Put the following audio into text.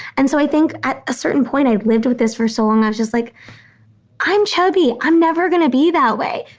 and so i think at a certain point i lived with this for so long, i just like i'm chubby. i'm never gonna be that way.